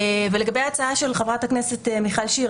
ולגבי ההצעה של חברת הכנסת מיכל שיר,